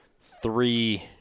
three